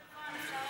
זמן.